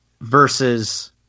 versus